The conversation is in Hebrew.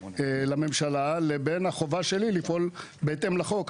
לממשלה לבין החובה שלי לפעול בהתאם לחוק.